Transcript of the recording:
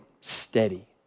steady